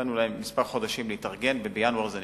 נתנו להם כמה חודשים להתארגן, ובינואר זה נכנס.